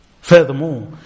Furthermore